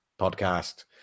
podcast